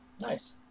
Nice